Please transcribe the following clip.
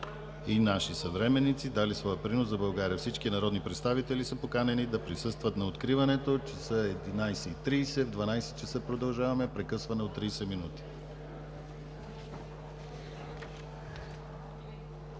и наши съвременници, дали своя принос за България. Всички народни представители са поканени да присъстват на откриването. Часът е 11,30. В 12,00 ч. продължаваме – прекъсване от 30 минути.